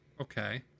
okay